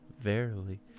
verily